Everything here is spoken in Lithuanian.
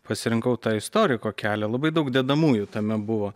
pasirinkau tą istoriko kelią labai daug dedamųjų tame buvo